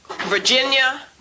virginia